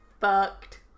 Fucked